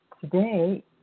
today